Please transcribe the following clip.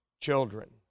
children